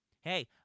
Hey